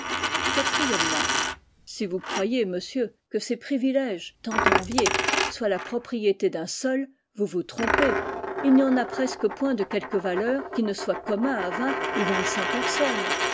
si vous croyez monsieur que ces privilèges tant enviés soient la propriété d'un seul vous vous trompez il n'y en a presque point de quelque valeur qui ne soit commun à vingt ou vingt-cinq personnes